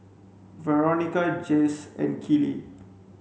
Veronica Jase and Keeley